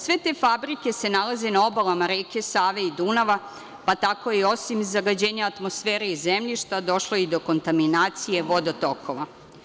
Sve te fabrike se nalaze na obalama reke Save i Dunava, pa tako osim zagađenja atmosfere i zemljišta došlo je do kontaminacije vodotokova.